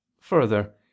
further